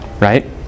right